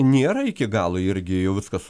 nėra iki galo irgi jau viskas